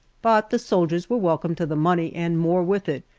but the soldiers were welcome to the money and more with it,